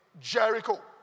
Jericho